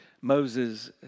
Moses